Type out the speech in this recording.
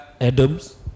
Adams